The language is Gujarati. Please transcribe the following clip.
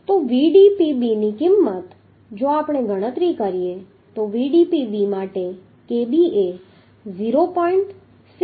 તો Vdpb ની કિંમત જો આપણે ગણતરી કરીએ તો Vdpb માટે kb એ 0